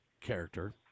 character